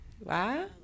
Wow